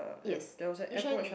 yes which one